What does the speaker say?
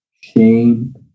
shame